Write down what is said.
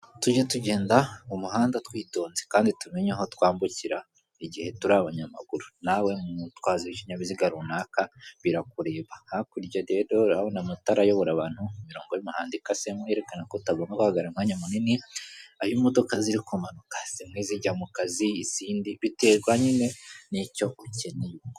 Tujye tugenda mu muhanda twitonze kandi tumenye aho twambukira igihe turi abanyamaguru, nawe mutwazi w'ikinyabiziga runaka birakureba, hakurya rero urabona amatara ayobora abantu imirongo y'umuhanda ikasemo yerekana ko utagomba guhagarara umwanya munini, aho imodoka ziri kumanuka zimwe zijya mu kazi, izindi... biterwa nyine n'icyo ukeneye.